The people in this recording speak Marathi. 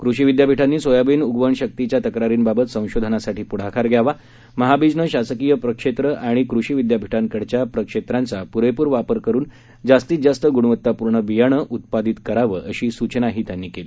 कृषि विद्यापीठांनी सोयाबीन उगवणशक्तीच्या तक्रारींबाबत संशोधनासाठी पुढाकार घ्यावा महाबीजनं शासकीय प्रक्षेत्रं आणि कृषि विद्यापीठांकडच्या प्रक्षेत्रांचा पुरेपुर वापर करुन जास्तीत जास्त गुणवत्तापुर्ण बियाणं उत्पादीत करावे अशी सूचनाही त्यांनी केली